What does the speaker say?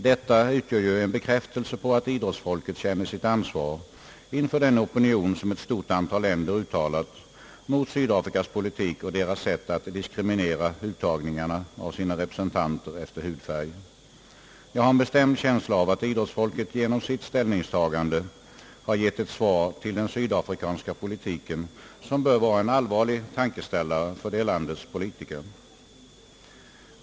Detta utgör ju en bekräftelse på att idrottsfolket känner sitt ansvar inför den opinion, som ett stort antal länder uttalat mot Sydafrikas politik och dess sätt att diskriminera uttagningen av sina representanter efter hudfärg. Jag har en bestämd känsla av att idrottsfolket genom sitt ställningstagande har givit ett svar på den sydafrikanska politiken, som bör vara en allvarlig tankeställare för det landets politiker.